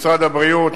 משרד הבריאות,